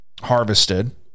harvested